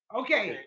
okay